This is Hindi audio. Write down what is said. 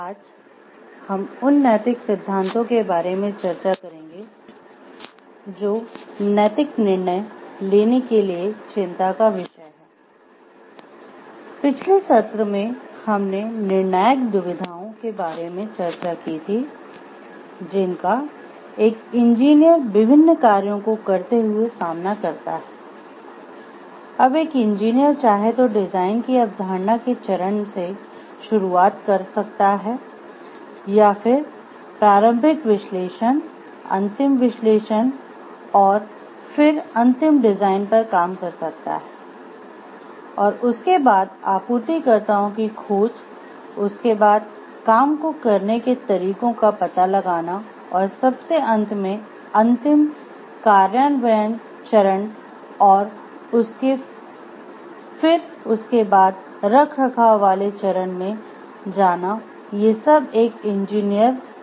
आज हम उन "नैतिक सिद्धांतों" में जाना ये सब एक इंजीनियर के कार्यों का हिस्सा हैं